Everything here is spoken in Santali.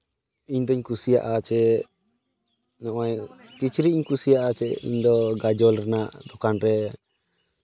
ᱤᱧᱫᱚᱧ ᱠᱩᱥᱤᱭᱟᱜ ᱪᱮᱫ ᱱᱚᱜᱼᱚᱸᱭ ᱠᱤᱪᱨᱤᱡ ᱤᱧ ᱠᱩᱥᱤᱭᱟᱜᱼᱟ ᱥᱮ ᱤᱧᱫᱚ ᱜᱟᱡᱚᱞ ᱨᱮᱱᱟᱜ ᱫᱳᱠᱟᱱ ᱨᱮ